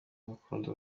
bakunda